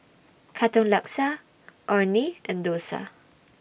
Katong Laksa Orh Nee and Dosa